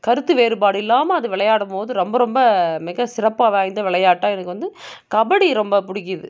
கருத்து வேறுபாடு இல்லாமல் அதை விளையாடும்போது ரொம்ப ரொம்ப மிக சிறப்பு வாய்ந்த விளையாட்டாக எனக்கு வந்து கபடி ரொம்ப பிடிக்கிது